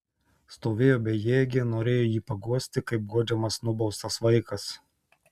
stovėjo bejėgė norėjo jį paguosti kaip guodžiamas nubaustas vaikas